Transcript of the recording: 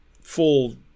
full